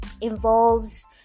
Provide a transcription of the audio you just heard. involves